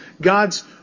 God's